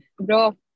Bro